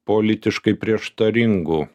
politiškai prieštaringų